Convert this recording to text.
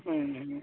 हम्म हम्म